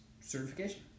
certification